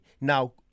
now